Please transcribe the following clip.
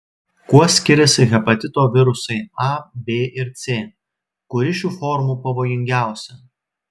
kuo skiriasi hepatito virusai a b ir c kuri šių formų pavojingiausia